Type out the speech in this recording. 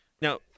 now